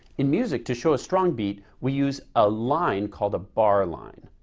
in music to show a strong beat, we use a line called a bar line.